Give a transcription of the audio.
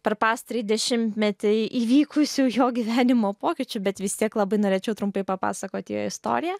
per pastarąjį dešimtmetį įvykusių jo gyvenimo pokyčių bet vis tiek labai norėčiau trumpai papasakoti jo istoriją